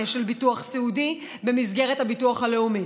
של ביטוח סיעודי במסגרת הביטוח הלאומי.